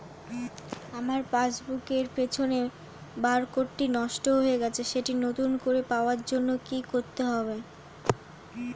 আমার পাসবুক এর পিছনে বারকোডটি নষ্ট হয়ে গেছে সেটি নতুন করে পাওয়ার জন্য কি করতে হবে?